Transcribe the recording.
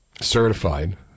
certified